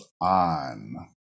on